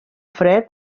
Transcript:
fred